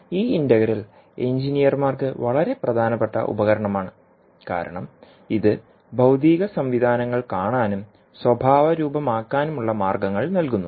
ഈ ഇന്റഗ്രൽ എഞ്ചിനീയർമാർക്ക് വളരെ പ്രധാനപ്പെട്ട ഉപകരണമാണ് കാരണം ഇത് ഭൌതിക സംവിധാനങ്ങൾ കാണാനും സ്വഭാവരൂപമാക്കാനുമുള്ള മാർഗ്ഗങ്ങൾ നൽകുന്നു